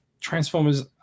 Transformers